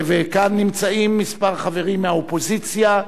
וכאן נמצאים כמה חברים מהאופוזיציה,